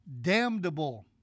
Damnable